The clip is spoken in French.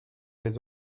les